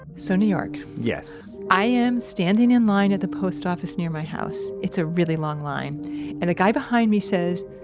so, new york yes i'm standing in line at the post office near my house. it's a really long line and the guy behind me says,